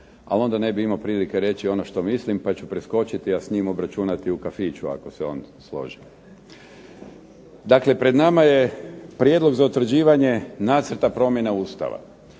ali onda ne bih imao prilike reći ono što mislim, pa ću preskočiti a s njim obračunati u kafiću ako se on složi. Dakle, pred nama je prijedlog za utvrđivanje Nacrta promjene Ustava.